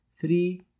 three